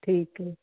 ਠੀਕ ਹੈ